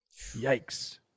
Yikes